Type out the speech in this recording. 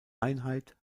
einheit